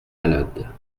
malade